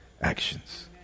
actions